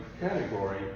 category